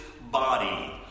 body